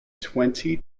twenty